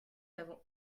n’avons